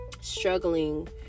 struggling